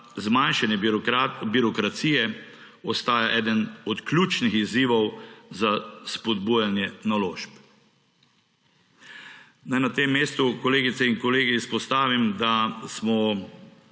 zmanjšanje birokracije ostaja eden od ključnih izzivov za spodbujanje naložb. Naj na tem mestu, kolegice in kolegi, izpostavim, da smo